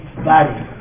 body